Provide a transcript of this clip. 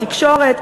בתקשורת.